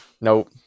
Nope